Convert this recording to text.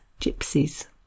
gypsies